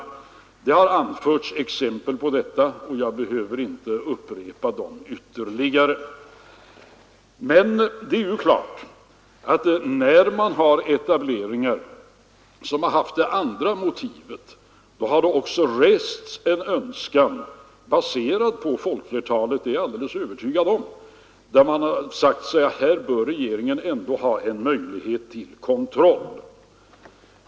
Exempel har anförts på detta och jag behöver inte upprepa dem. När det varit fråga om etableringar med andra motiv har det framförts en önskan — baserad på folkflertalets mening, det är jag övertygad om — att regeringen bör ha en möjlighet till kontroll.